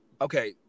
okay